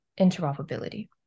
interoperability